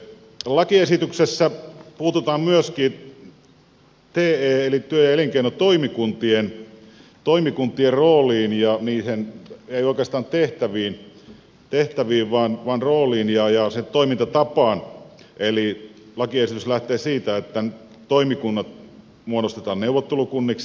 lakiesityksessä puututaan myöskin te eli työ ja elinkeinotoimikuntien rooliin ei oikeastaan tehtäviin vaan rooliin ja toimintatapaan eli lakiesitys lähtee siitä että toimikunnat muodostetaan neuvottelukunniksi